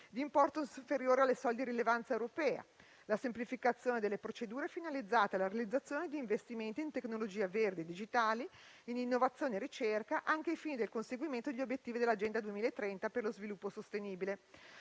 di importo superiore alle soglie di rilevanza europea; la semplificazione delle procedure finalizzate alla realizzazione di investimenti in tecnologie verdi, digitali, in innovazione e ricerca, anche ai fini del conseguimento degli obiettivi dell'Agenda 2030 per lo sviluppo sostenibile;